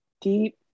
deep